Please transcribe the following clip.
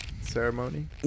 ceremony